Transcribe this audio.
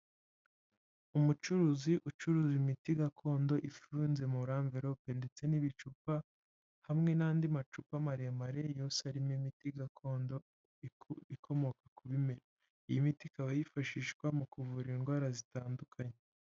Umucuruzi ucuruza imiti gakondo ifunze muri amverope ndetse n'ibicupa, hamwe n'andi macupa maremare yose arimo imiti gakondo ikomoka ku bimera, iyi miti ikaba yifashishwa mu kuvura indwara zitandukanye.